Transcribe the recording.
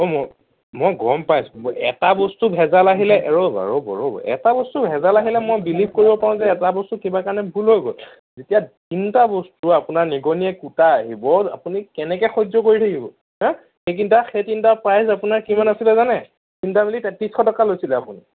মই গম পাইছোঁ এটা বস্তু ভেজাল আহিলে ৰ'ব ৰ'ব ৰ'ব এটা বস্তু ভেজাল আহিলে মই বিলিভ কৰিব পাৰোঁ যে এটা বস্তু কিবা কাৰণে ভুল হৈ গ'ল যেতিয়া তিনিটা বস্তু আপোনাৰ নিগনিয়ে কুটা আহিব আপুনি কেনেকে সহ্য কৰি থাকিব হাঁ সেই তিনিটা সেই তিনিটাৰ প্ৰাইজ আপোনাৰ কিমান আছিলে জানে তিনিটা মিলি তেত্ৰিছ শ টকা লৈছিলে আপুনি